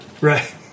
right